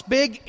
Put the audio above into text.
big